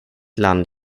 land